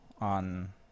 on